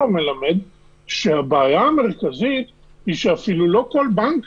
מלמד שהבעיה המרכזית היא שאפילו לא כל בנק